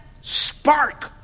spark